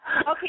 okay